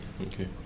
Okay